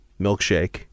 milkshake